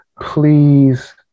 Please